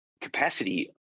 capacity